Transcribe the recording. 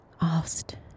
asked